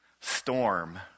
storm